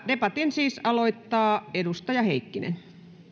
debatin siis aloittaa edustaja heikkinen arvoisa rouva